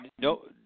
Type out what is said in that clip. no